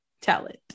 talent